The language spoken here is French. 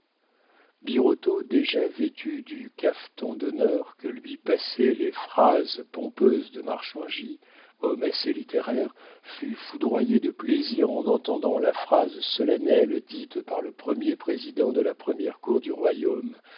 birotteau déjà vêtu du caftan d'honneur que lui passaient les phrases pompeuses de marchangy homme assez littéraire fut foudroyé de plaisir en entendant la phrase solennelle dite par le premier président de la première cour du royaume